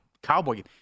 Cowboy